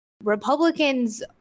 Republicans